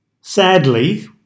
Sadly